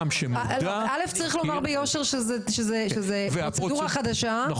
זאת פרוצדורה חדשה,